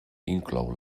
inclou